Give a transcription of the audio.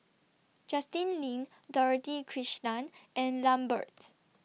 Justin Lean Dorothy Krishnan and Lambert